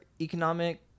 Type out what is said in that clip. economic